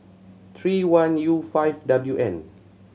three one U five W N